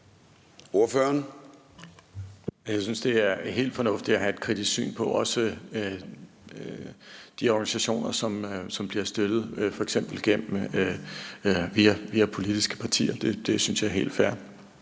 Jeg synes, det er helt fornuftigt at have et kritisk syn på de organisationer, som bliver støttet, f.eks. via politiske partier. Det synes jeg er helt fair.